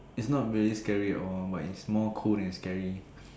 it's not very scary at all but it's more cool than scary